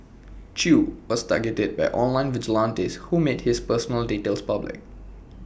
chew was targeted by online vigilantes who made his personal details public